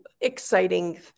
exciting